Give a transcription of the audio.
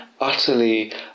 utterly